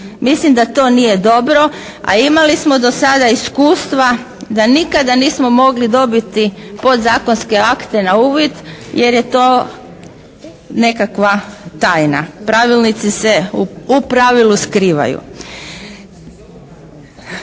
Mislim da to nije dobro. A imali smo do sada iskustva da nikada nismo mogli dobiti podzakonske akte na uvid jer je to nekakva tajna. Pravilnici se u pravilu skrivaju.